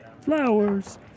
Flowers